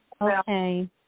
Okay